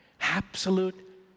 Absolute